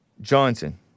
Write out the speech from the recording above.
Johnson